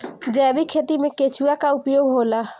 जैविक खेती मे केचुआ का उपयोग होला?